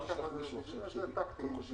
על זה שאתה דוחף.